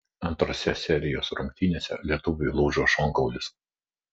antrose serijos rungtynėse lietuviui lūžo šonkaulis